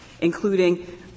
including